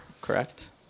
correct